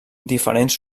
diferents